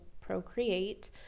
procreate